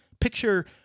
Picture